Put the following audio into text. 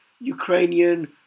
Ukrainian